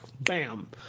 Bam